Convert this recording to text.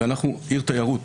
אנחנו עיר תיירות.